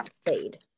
fade